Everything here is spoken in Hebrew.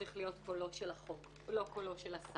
שצריך לדעת לתת את חוות דעתו המשפטית המקצועית על מהלכי השר.